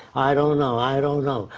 i don't know, i don't know.